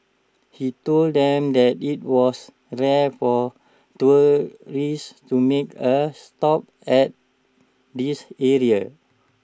he told them that IT was rare for tourists to make A stop at this area